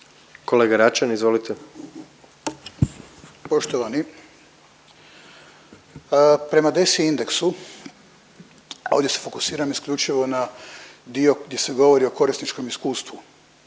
**Račan, Ivan (SDP)** Poštovani, prema DESI indeksu ovdje se fokusiram isključivo na dio gdje se govori o korisničkom iskustvu,